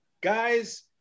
Guys